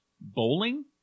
bowling